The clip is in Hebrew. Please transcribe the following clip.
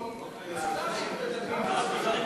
מהר.